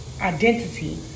identity